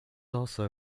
also